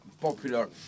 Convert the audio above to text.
popular